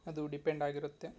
ಅದು ಡಿಪೆಂಡ್ ಆಗಿರುತ್ತೆ